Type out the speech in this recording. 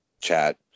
chat